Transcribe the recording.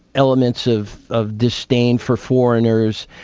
elements of of disdain for foreigners,